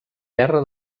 terra